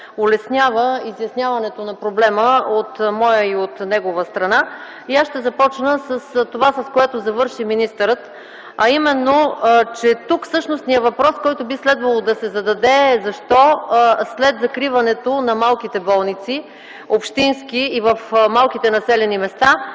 улеснява изясняването на проблема от моя и от негова страна. Аз ще започна с това, с което завърши министърът, а именно, че тук същностният въпрос, който би следвало да се зададе, е: защо след закриването на малките болници – общински, и в малките населени места,